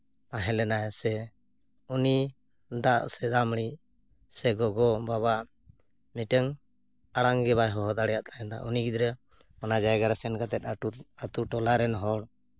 ᱛᱟᱦᱮᱸ ᱞᱮᱱᱟᱭ ᱥᱮ ᱩᱱᱤ ᱫᱟᱜ ᱥᱮ ᱫᱟᱜ ᱢᱟᱹᱲᱤ ᱥᱮ ᱜᱚᱜᱚᱼᱵᱟᱵᱟ ᱢᱤᱫᱴᱟᱝ ᱟᱲᱟᱝ ᱜᱮᱵᱟᱭ ᱦᱚᱦᱚ ᱫᱟᱲᱮᱭᱟᱫᱟᱭ ᱩᱱᱤ ᱜᱤᱫᱽᱨᱟᱹ ᱚᱱᱟ ᱡᱟᱭᱜᱟᱨᱮ ᱥᱮᱱ ᱠᱟᱛᱮ ᱟᱛᱳ ᱴᱚᱞᱟ ᱨᱮᱱ ᱦᱚᱲ